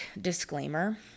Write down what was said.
disclaimer